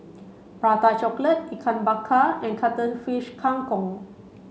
Prata Chocolate Ikan Bakar and Cuttlefish Kang Kong